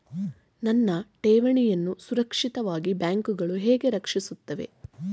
ನನ್ನ ಠೇವಣಿಯನ್ನು ಸುರಕ್ಷಿತವಾಗಿ ಬ್ಯಾಂಕುಗಳು ಹೇಗೆ ರಕ್ಷಿಸುತ್ತವೆ?